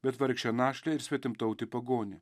bet vargšę našlę ir svetimtautį pagonį